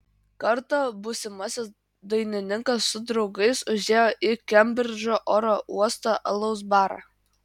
kartą būsimasis dainininkas su draugais užėjo į kembridžo oro uosto alaus barą